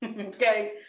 Okay